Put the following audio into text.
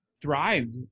thrived